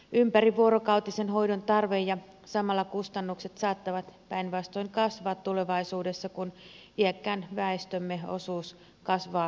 ympärivuorokautisen hoidon tarve ja samalla kustannukset saattavat päinvastoin kasvaa tulevaisuudessa kun iäkkään väestömme osuus kasvaa kasvamistaan